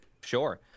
sure